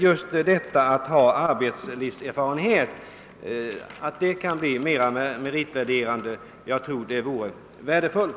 Jag tror det vore värdefullt.